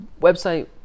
website